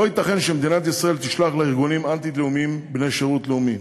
לא ייתכן שמדינת ישראל תשלח לארגונים אנטי-לאומיים בני שירות לאומי.